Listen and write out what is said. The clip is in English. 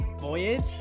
voyage